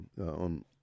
on